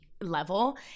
level